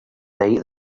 night